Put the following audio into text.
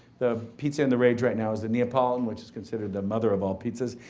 the pizza in the rage right now is the neapolitan, which is considered the mother of all pizzas.